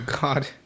God